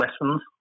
lessons